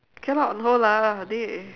cannot on hold lah dey